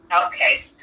Okay